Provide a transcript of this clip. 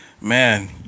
man